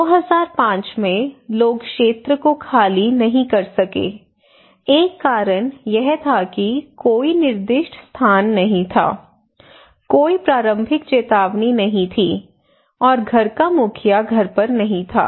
2005 में लोग क्षेत्र को खाली नहीं कर सके एक कारण यह था कि कोई निर्दिष्ट स्थान नहीं था कोई प्रारंभिक चेतावनी नहीं थी और घर का मुखिया घर पर नहीं था